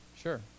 Sure